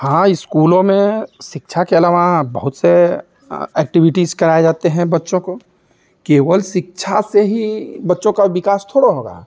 हाँ इस्कूलों में शिक्षा के अलावा बहुत से एक्टिविटीज़ कराए जाते हैं बच्चों को केवल शिक्षा से ही बच्चों का विकास थोड़े होगा